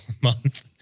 month